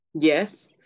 yes